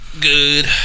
Good